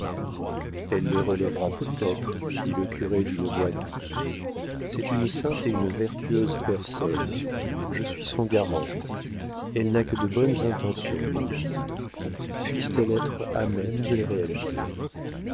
elle les relèvera peut-être dit le curé d'une voix douce c'est une sainte et une vertueuse personne je suis son garant elle n'a que de bonnes intentions pour lui puisse-t-elle être à même de les réaliser